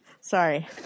Sorry